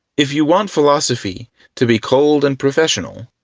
if you want philosophy to be cold and professional,